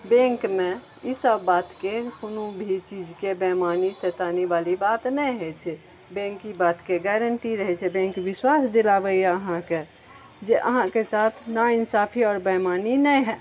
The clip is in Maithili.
बैंकमे ई सब बातके कोनो भी चीजके बैमानी शैतानी बाली बात नहि होइ छै बैंक ई बातके गैरेन्टी रहै छै बैंक बिश्वास दिलाबैया अहाँके जे अहाँके साथ ना इंसाफी आओर बैमानी नहि होएत